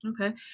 Okay